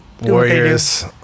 Warriors